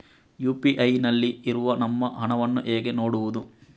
UPI ನಲ್ಲಿ ಇರುವ ನಮ್ಮ ಹಣವನ್ನು ಹೇಗೆ ನೋಡುವುದು?